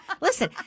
Listen